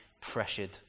pressured